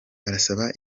barasaba